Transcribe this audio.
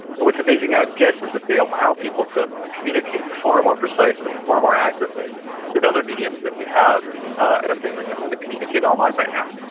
but what's amazing about gifs is that they allow people to communicate far more precisely, far more accurately than other mediums that we have at our fingertips to communicate online right now.